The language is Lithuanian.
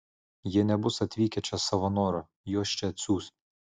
jie nebus atvykę čia savo noru juos čia atsiųs